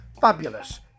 Fabulous